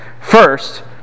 First